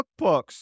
cookbooks